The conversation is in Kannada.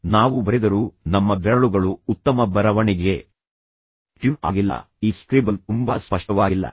ಆದ್ದರಿಂದ ನಾವು ಬರೆದರೂ ನಮ್ಮ ಬೆರಳುಗಳು ಉತ್ತಮ ಬರವಣಿಗೆಗೆ ಟ್ಯೂನ್ ಆಗಿಲ್ಲ ಆದ್ದರಿಂದ ಈ ಸ್ಕ್ರಿಬಲ್ ತುಂಬಾ ಸ್ಪಷ್ಟವಾಗಿಲ್ಲ